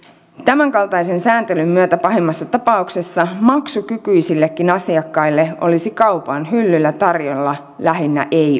tämänkaltaisen sääntelyn myötä pahimmassa tapauksessa maksukykyisillekin asiakkaille olisi kaupan hyllyllä tarjolla lähinnä eioota